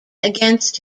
against